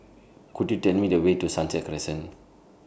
Could YOU Tell Me The Way to Sunset Crescent